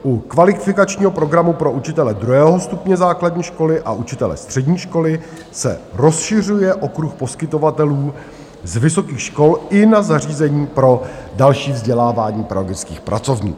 U kvalifikačního programu pro učitele druhého stupně základní školy a učitele střední školy se rozšiřuje okruh poskytovatelů z vysokých škol i na zařízení pro další vzdělávání pedagogických pracovníků.